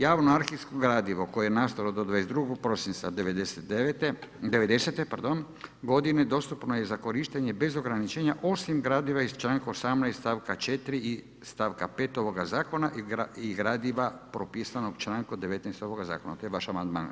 Javno arhivsko gradivo koje je nastalo do 22. prosinca 1990. g. dostupno je za korištenje bez ograničenja osim gradova iz članka 18. stavka 4. i stavka 5. ovoga zakona i gradiva propisanog člankom 19. ovoga zakona, to je vaš amandman.